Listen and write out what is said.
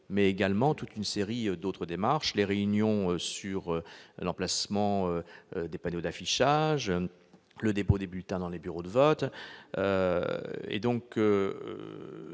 mais également toute une série d'autres démarches : les réunions sur l'emplacement des panneaux d'affichage, le dépôt des bulletins dans les bureaux de vote. La